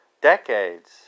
Decades